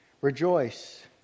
Rejoice